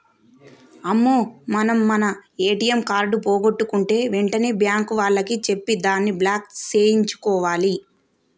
అమ్మో మనం మన ఏటీఎం కార్డు పోగొట్టుకుంటే వెంటనే బ్యాంకు వాళ్లకి చెప్పి దాన్ని బ్లాక్ సేయించుకోవాలి